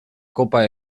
copa